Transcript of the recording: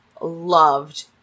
loved